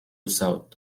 south